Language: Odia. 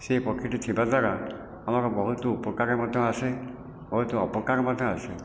ସେ ପକ୍ଷୀଟି ଥିବା ଦ୍ୱାରା ଆମର ବହୁତ ଉପକାରରେ ମଧ୍ୟ ଆସେ ବହୁତ ଅପକାର ମଧ୍ୟ ଆସେ